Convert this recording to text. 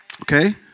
Okay